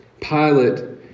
Pilate